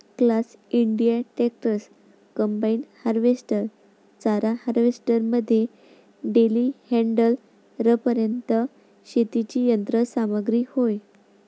class India tractors, combine harvester, चारा harvester मध्ये टेलीहँडलरपर्यंत शेतीची यंत्र सामग्री होय